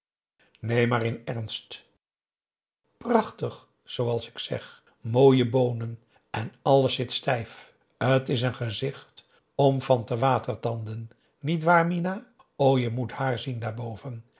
neen maar in ernst prachtig zooals ik zeg mooie boonen en alles zit stijf t is n gezicht om van te watertanden niet waar mina o je moet hààr zien daarboven